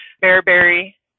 bearberry